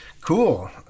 Cool